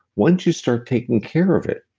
once you start taking care of it,